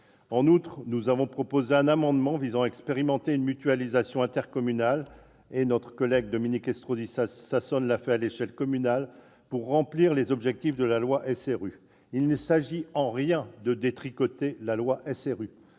En outre, nous avons proposé un amendement visant à expérimenter une mutualisation intercommunale- notre collègue Dominique Estrosi Sassone l'a fait pour l'échelle communale -pour atteindre les objectifs de la loi SRU. Il ne s'agit en rien de la détricoter, puisque